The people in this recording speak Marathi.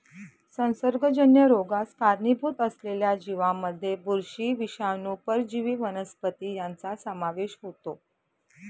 संसर्गजन्य रोगास कारणीभूत असलेल्या जीवांमध्ये बुरशी, विषाणू, परजीवी वनस्पती यांचा समावेश होतो